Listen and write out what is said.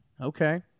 Okay